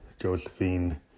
Josephine